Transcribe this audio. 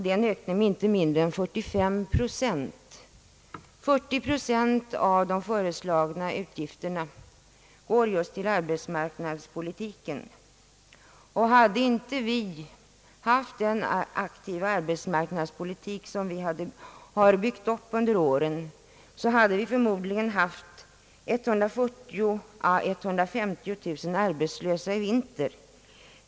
Det är en ökning med inte mindre än 45 procent. 40 procent av de föreslagna utgifterna går just till arbetsmarknadspolitiken. Hade vi inte haft den aktiva arbetsmarknadspolitik som vi har byggt upp under åren så hade vi förmodligen haft 140 000 å 150 000 arbetslösa i vinter.